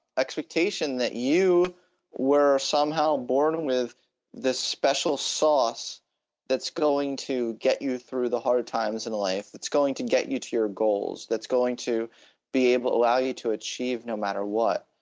expectation that you were somehow born with this special sauce that's going to get you through the hard times in life, that's going to get you to your goals, that's going to be able to allow you to achieve no matter what,